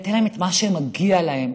ניתן להם את מה שמגיע להם.